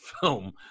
film